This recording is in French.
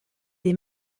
des